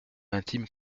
intime